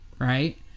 right